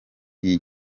b’iyi